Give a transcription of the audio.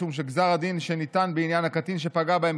משום שגזר הדין שניתן בעניין הקטין שפגע בהם